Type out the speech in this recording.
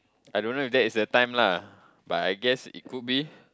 I don't know if that is the time lah but I guess it could be